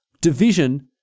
division